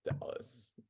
Dallas